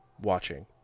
watching